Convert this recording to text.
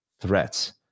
threats